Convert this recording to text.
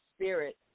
spirit